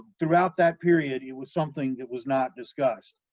throughout that period it was something that was not discussed.